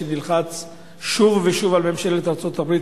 שנלחץ שוב ושוב על ממשלת ארצות-הברית